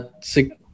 six